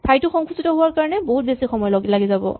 ঠাইটো সংকুচিত হোৱা কাৰণে বহু বেছি সময় লাগি যাব